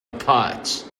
apart